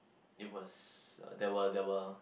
it was uh there were there were